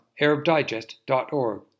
ArabDigest.org